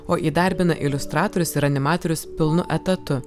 o įdarbina iliustratorius ir animatorius pilnu etatu